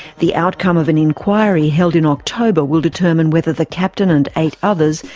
the outcome of an inquiry held in october will determine whether the captain and eight others,